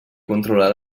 controlar